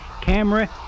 camera